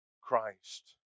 Christ